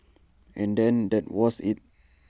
and then that was IT